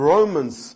Romans